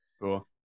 cool